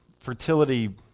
fertility